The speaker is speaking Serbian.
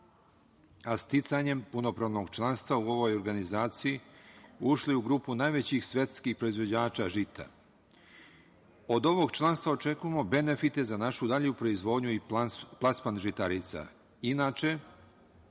a sticanjem punopravnog članstva u ovoj organizaciji ušli u grupu najvećih svetskih proizvođača žita. Od ovog članstva očekujemo benefite za našu dalju proizvodnju i plasman žitarica. Inače,